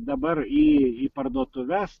dabar į į parduotuves